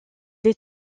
des